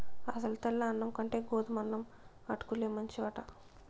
అసలు తెల్ల అన్నం కంటే గోధుమన్నం అటుకుల్లే మంచివట